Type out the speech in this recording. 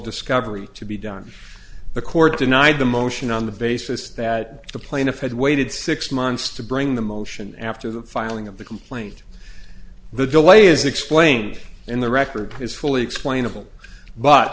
discovery to be done the court denied the motion on the basis that the plaintiff had waited six months to bring the motion after the filing of the complaint the delay is explained in the record is fully explainable